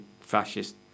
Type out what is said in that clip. fascist